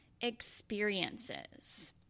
experiences